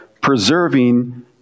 preserving